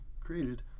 created